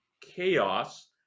chaos